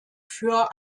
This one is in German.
für